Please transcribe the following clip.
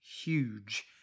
huge